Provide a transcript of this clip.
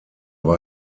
war